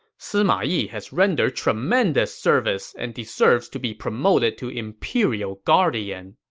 sima yi has rendered tremendous service and deserves to be promoted to imperial guardian.